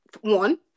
one